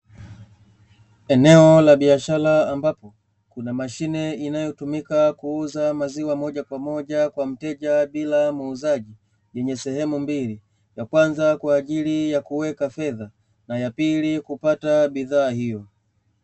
Eneo la biashara, ambapo kuna mashine inayotumika kuuza maziwa moja kwa moja kwa mteja bila muuzaji yenye sehemu mbili; ya kwanza kwa ajili ya kuweka fedha na ya pili kupata bidhaa hiyo.